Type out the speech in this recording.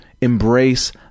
embrace